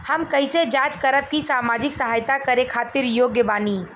हम कइसे जांच करब की सामाजिक सहायता करे खातिर योग्य बानी?